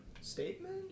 Statement